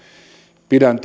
pidän